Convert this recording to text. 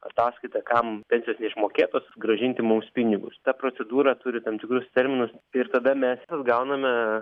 ataskaitą kam pensijos neišmokėtos grąžinti mums pinigus ta procedūra turi tam tikrus terminus ir kada mes gauname